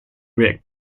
react